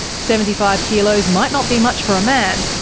seventy five kilos might not be much for a man,